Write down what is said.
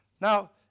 now